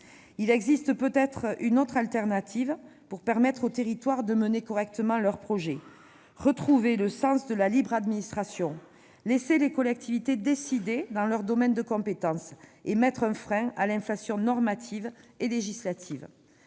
Il existe peut-être une alternative permettant aux territoires de mener correctement leurs projets : retrouver le sens de la libre administration, laisser les collectivités décider dans leurs domaines de compétence et mettre un frein à l'inflation normative et législative.